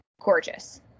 gorgeous